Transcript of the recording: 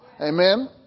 Amen